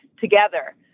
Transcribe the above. together